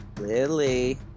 Lily